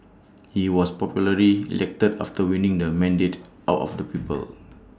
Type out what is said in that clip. he was popularly elected after winning the mandate out of the people